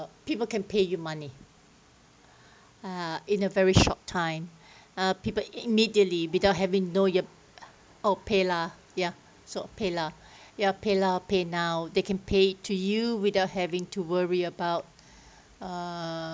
people can pay you money uh in a very short time uh people immediately without having know your oh PayLah! ya so PayLah! ya PayLah! PayNow they can pay to you without having to worry about uh